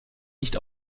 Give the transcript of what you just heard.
nicht